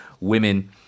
women